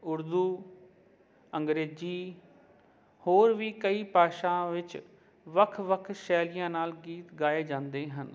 ਉਰਦੂ ਅੰਗਰੇਜ਼ੀ ਹੋਰ ਵੀ ਕਈ ਭਾਸ਼ਾ ਵਿੱਚ ਵੱਖ ਵੱਖ ਸ਼ੈਲੀਆਂ ਨਾਲ ਗੀਤ ਗਾਏ ਜਾਂਦੇ ਹਨ